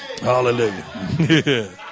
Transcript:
Hallelujah